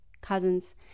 cousins